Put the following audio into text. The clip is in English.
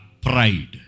pride